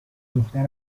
دختر